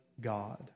God